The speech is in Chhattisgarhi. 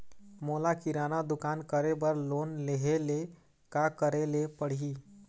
मोला किराना दुकान करे बर लोन लेहेले का करेले पड़ही?